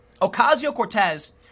Ocasio-Cortez